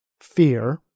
fear